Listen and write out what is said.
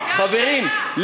חברים,